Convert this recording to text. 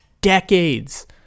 Decades